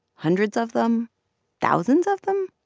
hundreds of them thousands of them?